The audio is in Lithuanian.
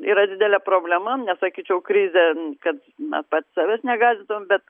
yra didelė problema nesakyčiau krizė kad na pats savęs negąsditum bet